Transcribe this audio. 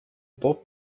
pop